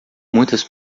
muitas